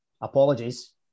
apologies